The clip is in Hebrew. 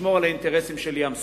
לשמור על האינטרסים של ים-סוף.